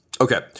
Okay